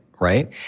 Right